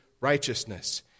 righteousness